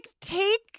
take